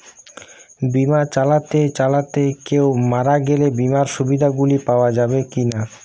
বিমা চালাতে চালাতে কেও মারা গেলে বিমার সুবিধা গুলি পাওয়া যাবে কি না?